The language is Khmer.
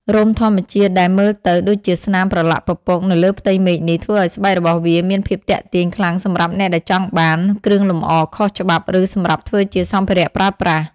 រោមធម្មជាតិដែលមើលទៅដូចជាស្នាមប្រឡាក់ពពកនៅលើផ្ទៃមេឃនេះ ធ្វើឲ្យស្បែករបស់វាមានភាពទាក់ទាញខ្លាំងសម្រាប់អ្នកដែលចង់បាន គ្រឿងលម្អ ខុសច្បាប់ ឬសម្រាប់ធ្វើជា សម្ភារៈប្រើប្រាស់ ។